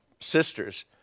sisters